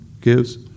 gives